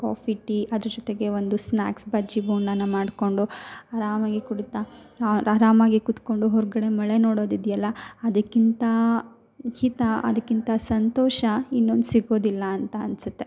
coffee tea ಅದ್ರ ಜೊತೆಗೆ ಒಂದು ಸ್ನ್ಯಾಕ್ಸ್ ಬಜ್ಜಿ ಬೋಂಡನ ಮಾಡಿಕೊಂಡು ಆರಾಮಾಗಿ ಕುಡಿತಾ ಆರಾಮಾಗೆ ಕೂತ್ಕೊಂಡು ಹೊರಗಡೆ ಮಳೆ ನೋಡೋದು ಇದೆಯಲ್ಲ ಅದಕ್ಕಿಂತ ಹಿತ ಅದಕ್ಕಿಂತ ಸಂತೋಷ ಇನ್ನೊಂದು ಸಿಗೋದಿಲ್ಲ ಅಂತ ಅನ್ನಿಸುತ್ತೆ